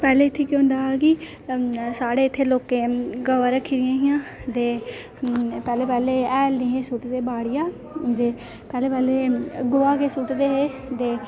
पैह्लें इत्थै केह् होंदा हा कि साढ़े इत्थै लोकें गवां रक्खी दियां हियां ते पैह्लें पैह्लें हैल नेईं हे सु'टदे बाड़ियां ते पैह्लें पैह्लें गोहा गै सु'टदे हे दे